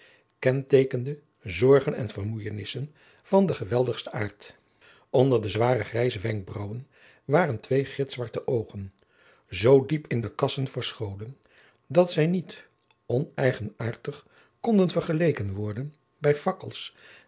kenteekende zorgen en vermoeienissen van den geweldigsten aart onder de zware grijze wenkbraauwen waren twee gitzwarte oogen zoo diep in de kassen verscholen dat zij niet oneigenaartig konden vergeleken worden bij fakkels